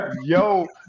Yo